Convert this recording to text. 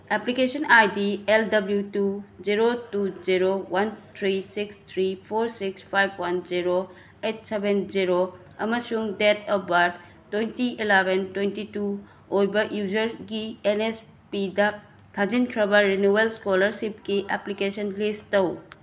application I D L W two zero two zero one three six three four six five one zero eight seven zero ꯑꯃꯁꯨꯡ date of birth twenty eleven twenty two ꯑꯣꯏꯕ ꯌꯨꯖꯔꯒꯤ N S ꯄꯤꯗ ꯊꯥꯖꯤꯟꯈ꯭ꯔꯕ renewal ꯏꯁꯀꯣꯂꯔꯁꯤꯞꯀꯤ application ꯂꯤꯁ ꯇꯧ